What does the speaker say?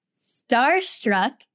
starstruck